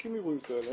שמפסיקים אירועים כאלה.